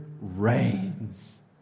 reigns